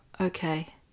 okay